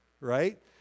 right